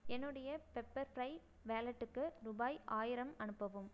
என்னுடைய pepper fry வாலெட்டுக்கு ரூபாய் ஆயிரம் அனுப்பவும்